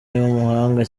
w’umuhanga